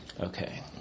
Okay